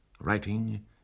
writing